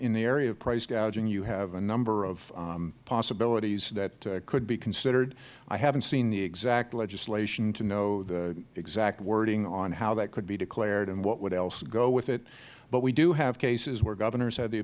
in the area of price gauging you have a number of possibilities that could be considered i have not seen the exact legislation to know the exact wording on how that could be declared and what else would go with it but we do have cases where governors have the